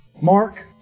Mark